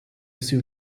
sue